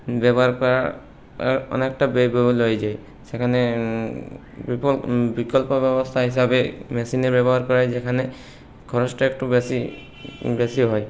ব্যবহার করা অনেকটা ব্যয়বহুল হয়ে যায় সেখানে বিপো বিকল্প ব্যবস্থা হিসাবে মেশিনের ব্যবহার করা হয় যেখানে খরচটা একটু বেশি বেশি হয়